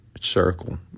circle